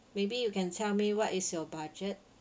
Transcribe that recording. maybe you can tell me what is your budget